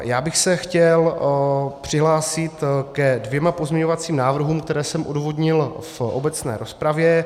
Já bych se chtěl přihlásit ke dvěma pozměňovacím návrhům, které jsem odůvodnil v obecné rozpravě.